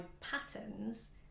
patterns